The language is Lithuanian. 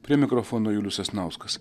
prie mikrofono julius sasnauskas